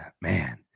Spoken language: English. man